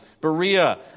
Berea